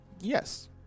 Yes